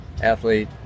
athlete